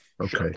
Okay